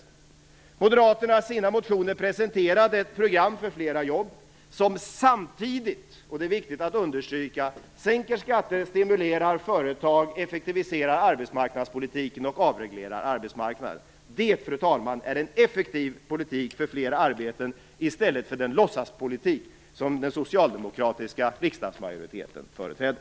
I Moderaternas motion presenterade vi ett program för fler jobb, ett program som samtidigt - och det är viktigt att understryka - sänker skatter, stimulerar företag, effektiviserar arbetsmarknadspolitiken och avreglerar arbetsmarknaden. Det, fru talman, är en effektiv politik för fler arbeten, i stället för den låtsaspolitik som den socialdemokratiska riksdagsmajoriteten företräder.